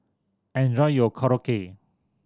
enjoy your Korokke